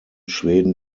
schweden